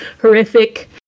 horrific